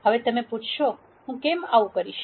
હવે તમે પૂછશો હું કેમ એવું કંઈક કરીશ